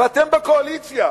ואתם בקואליציה.